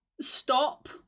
stop